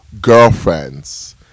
girlfriends